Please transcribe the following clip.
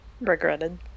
Regretted